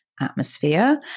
atmosphere